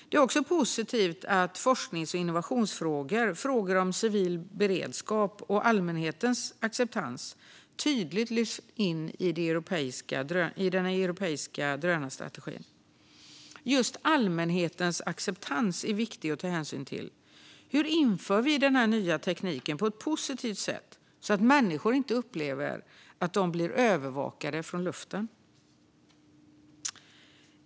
Det är också positivt att forsknings och innovationsfrågor, frågor om civil beredskap och allmänhetens acceptans tydligt lyfts in i den europeiska drönarstrategin. Just allmänhetens acceptans är viktig att ta hänsyn till. Hur inför vi den nya tekniken på ett positivt sätt så att människor inte upplever att de blir övervakade från luften?